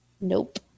Nope